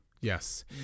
Yes